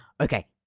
okay